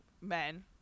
men